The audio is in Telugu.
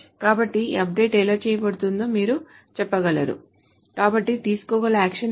కాబట్టి ఈ అప్డేట్ ఎలా చేయబడుతుందో మీరు చెప్పగలరు కాబట్టి తీసుకోగల యాక్షన్ ఏమిటి